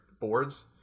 boards